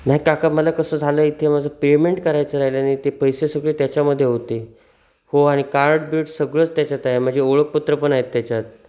नाही काका मला कसं झालं इथे माझं पेमेंट करायचं राहिलं आणि ते पैसे सगळे त्याच्यामध्ये होते हो आणि कार्ड बीड सगळंच त्याच्यात आहे माझे ओळखपत्र पण आहेत त्याच्यात